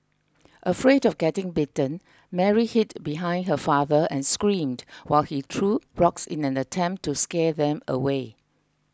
afraid of getting bitten Mary hid behind her father and screamed while he threw rocks in an attempt to scare them away